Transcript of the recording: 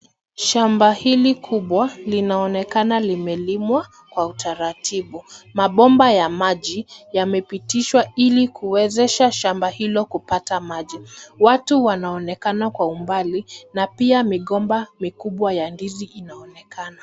Shamba hili kubwa, linaonekana limelimwa kwa utaratibu. Mabomba ya maji yamepitishwa ili kuwezesha shamba hilo kupata maji. Watu wanaonekana kwa umbali, na pia migomba mikubwa ya ndizi inaonekana.